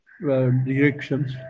directions